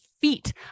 feet